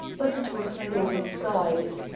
but it was no disguise.